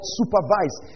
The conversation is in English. supervise